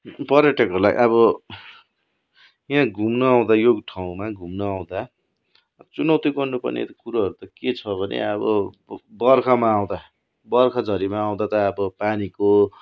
पर्यटकहरूलाई अब यहाँ घुम्न आउँदा यो ठाउँमा घुम्न आउँदा चुनौती गर्नुपर्ने कुरोहरू त के छ भने अब बर्खामा आउँदा बर्खा झरीमा आउँदा त अब पानीको